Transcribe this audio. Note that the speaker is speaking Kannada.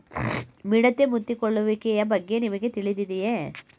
ಮಿಡತೆ ಮುತ್ತಿಕೊಳ್ಳುವಿಕೆಯ ಬಗ್ಗೆ ನಿಮಗೆ ತಿಳಿದಿದೆಯೇ?